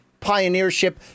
pioneership